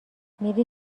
میری